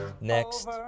next